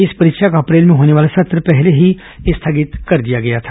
इस परीक्षा का अप्रैल में होने वाला सत्र पहले ही स्थगित कर दिया गया था